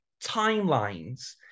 timelines